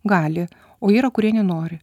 gali o yra kurie nenori